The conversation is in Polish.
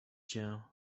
cię